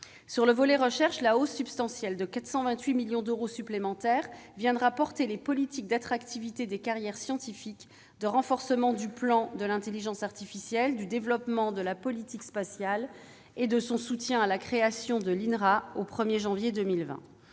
Sur le volet recherche, une hausse substantielle, de 428 millions d'euros, soutiendra les politiques d'attractivité des carrières scientifiques, le renforcement du plan Intelligence artificielle, le développement de la politique spatiale et le soutien à la création de l'Inrae au 1 janvier